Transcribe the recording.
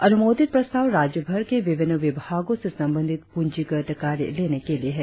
अनुमोदित प्रस्ताव राज्यभर के विभिन्न विभागों से संबंधित पूंजीगत कार्य लेने के लिए हैं